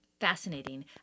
fascinating